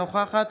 אינה נוכחת